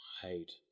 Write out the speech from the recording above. hate